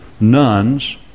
nuns